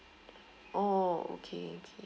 oh okay okay